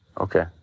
okay